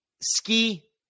ski